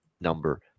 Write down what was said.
number